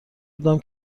بودم